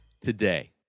today